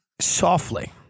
softly